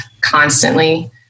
constantly